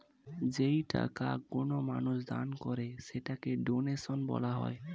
যেই টাকা কোনো মানুষ দান করে সেটাকে ডোনেশন বলা হয়